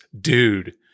dude